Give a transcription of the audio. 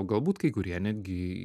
galbūt kai kurie netgi